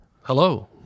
Hello